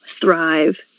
Thrive